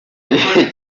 iyihe